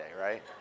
right